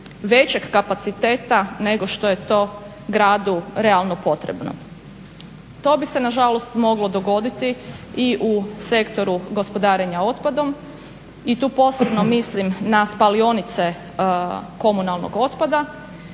većeg kapaciteta nego što je to gradu realno potrebno. To bi se na žalost moglo dogoditi i u sektoru gospodarenja otpadom. I tu posebno mislim na spalionice komunalnog otpada.